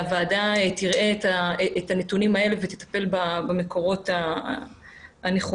שהוועדה תראה את הנתונים האלה ותטפל במקורות הנכונים.